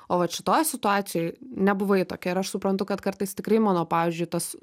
o vat šitoj situacijoj nebuvai tokia ir aš suprantu kad kartais tikrai mano pavyzdžiui tas